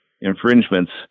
infringements